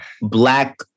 black